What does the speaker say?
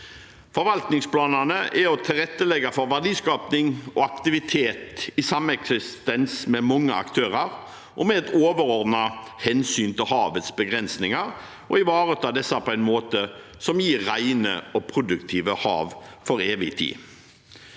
Forvaltningsplanene er å tilrettelegge for verdiskaping og aktivitet i sameksistens med mange aktører og med et overordnet hensyn til havets begrensninger, og ivareta disse på en måte som gir rene og produktive hav for evig tid.